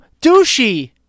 douchey